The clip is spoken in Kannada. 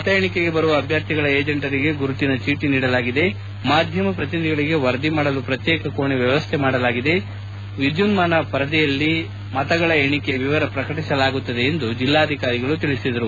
ಮತ ಎಣಿಕೆಗೆ ಬರುವ ಅಭ್ಯರ್ಥಿಗಳ ಏಜೆಂಟರಿಗೆ ಗುರುತಿನಿ ಚೀಟಿ ನೀಡಲಾಗಿದೆ ಮಾಧ್ಯಮ ಪ್ರತಿನಿಧಿಗಳಗೆ ವರದಿ ಮಾಡಲು ಪ್ರತ್ಯೇಕ ಕೋಣೆ ವ್ಯವಸ್ಥೆ ಮಾಡಲಾಗಿದೆ ವಿದ್ಯುನ್ಮಾನ ಪರದೆಯಲ್ಲಿ ಮತಗಳ ಎಣಿಕೆಯ ವಿವರ ಪ್ರಕಟಿಸಲಾಗುತ್ತದೆ ಎಂದು ಅವರು ತಿಳಿಸಿದರು